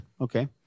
okay